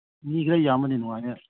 ꯃꯤ ꯈꯔ ꯌꯥꯝꯃꯗꯤ ꯅꯨꯡꯉꯥꯏꯅꯤ